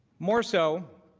more so